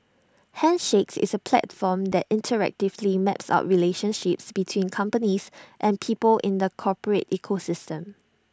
handshakes is A platform that interactively maps out relationships between companies and people in the corporate ecosystem